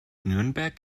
nürnberg